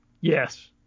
Yes